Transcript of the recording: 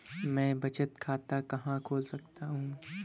मैं बचत खाता कहाँ खोल सकता हूँ?